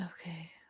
Okay